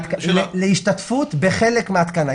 להשתתפות בחלק מההתקנה.